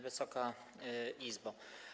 Wysoka Izbo!